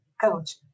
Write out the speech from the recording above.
coach